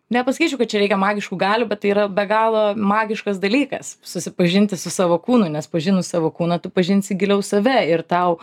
nepasakyčiau kad čia reikia magiškų galių bet tai yra be galo magiškas dalykas susipažinti su savo kūnu nes pažinus savo kūną tu pažinsi giliau save ir tau